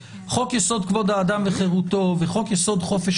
חוק-יסוד: כבוד האדם וחירותו וחוק-יסוד: חופש